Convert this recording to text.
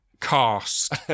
cast